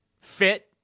fit